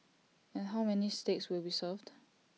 and how many steaks will be served